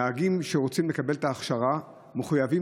נהגים שרוצים לקבל את ההכשרה מחויבים